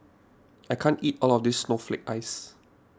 I can't eat all of this Snowflake Ice